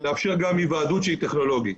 לאפשר גם היוועדות שהיא טכנולוגית.